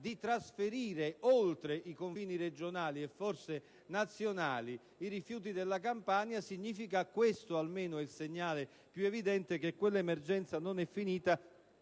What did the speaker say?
di trasferire oltre i confini regionali, e forse nazionali, i rifiuti della Campania, ciò significa - questo almeno è il segnale più evidente - che quell'emergenza non è finita.